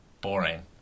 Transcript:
Boring